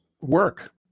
work